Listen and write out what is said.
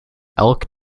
elk